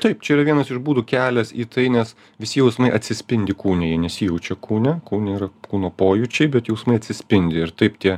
taip čia yra vienas iš būdų kelias į tai nes visi jausmai atsispindi kūne jie nesijaučia kūne kūne yra kūno pojūčiai bet jausmai atsispindi ir taip tie